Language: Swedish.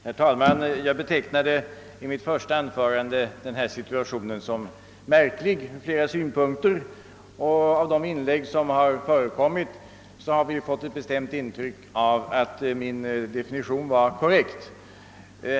Herr talman! Jag betecknade i mitt första anförande situationen som märklig ur flera synpunkter, och de inlägg som sedan förekommit har gett ett bestämt intryck av att min definition var korrekt.